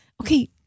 okay